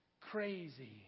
crazy